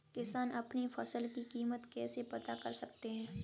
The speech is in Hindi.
किसान अपनी फसल की कीमत कैसे पता कर सकते हैं?